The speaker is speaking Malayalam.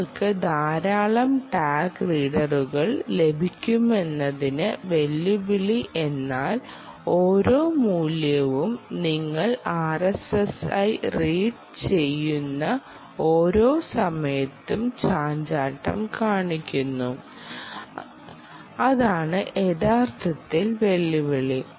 നിങ്ങൾക്ക് ധാരാളം ടാഗ് റീഡുകൾ ലഭിക്കുമെന്നതാണ് വെല്ലുവിളി എന്നാൽ ഓരോ മൂല്യവും നിങ്ങൾ ആർഎസ്എസ്ഐ റീഡ് ചെയ്യുന്ന ഓരോ സമയത്തും ചാഞ്ചാട്ടം കാണിക്കുന്നു അതാണ് യഥാർത്ഥത്തിൽ വെല്ലുവിളി